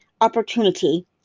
opportunity